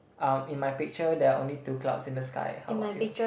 um in my picture there are only two clouds in the sky how about you